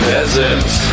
Peasants